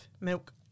milk